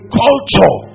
culture